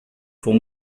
pour